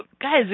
guys